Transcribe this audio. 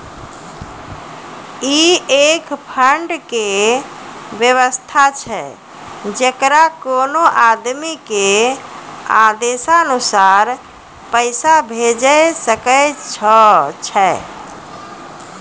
ई एक फंड के वयवस्था छै जैकरा कोनो आदमी के आदेशानुसार पैसा भेजै सकै छौ छै?